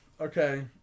okay